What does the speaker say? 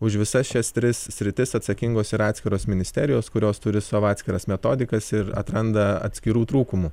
už visas šias tris sritis atsakingos yra atskiros ministerijos kurios turi savo atskiras metodikas ir atranda atskirų trūkumų